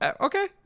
Okay